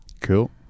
Cool